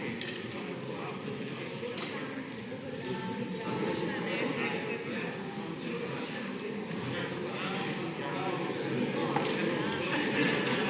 Hvala